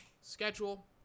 schedule